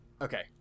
Okay